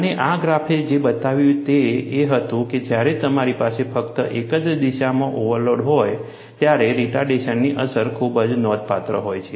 અને આ ગ્રાફે જે બતાવ્યું તે એ હતું કે જ્યારે તમારી પાસે ફક્ત એક જ દિશામાં ઓવરલોડ હોય ત્યારે રિટર્ડેશનની અસર ખૂબ જ નોંધપાત્ર હોય છે